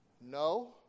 no